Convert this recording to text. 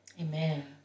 Amen